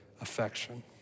affection